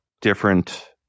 different –